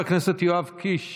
חבר הכנסת יואב קיש,